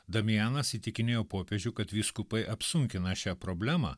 damianas įtikinėjo popiežių kad vyskupai apsunkina šią problemą